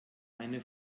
eine